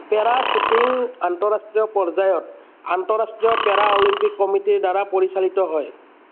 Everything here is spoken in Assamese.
পেৰা শ্বুটিং আন্তঃৰাষ্ট্ৰীয় পৰ্য্য়ায়ত আন্তঃৰাষ্ট্ৰীয় পেৰা অলিম্পিক কমিটিৰ দ্বাৰা পৰিচালিত হয়